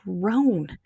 grown